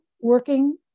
working